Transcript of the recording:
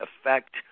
effect